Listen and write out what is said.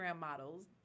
models